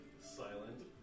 silent